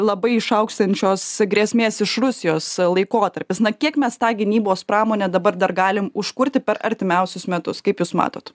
labai išaugsiančios grėsmės iš rusijos laikotarpis na kiek mes tą gynybos pramonę dabar dar galim užkurti per artimiausius metus kaip jūs matot